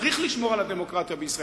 צריך לשמור על הדמוקרטיה בישראל,